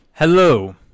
Hello